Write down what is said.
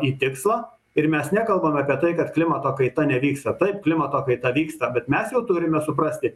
į tikslą ir mes nekalbam apie tai kad klimato kaita nevyksta taip klimato kaita vyksta bet mes jau turime suprasti